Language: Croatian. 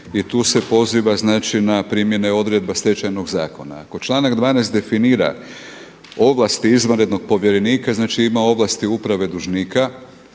i tu se poziva na primjene odredba Stečajnog zakona. Ako članak 12. definira ovlasti izvanrednog povjerenika, znači ima ovlasti uprave dužnika,